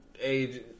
age